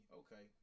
okay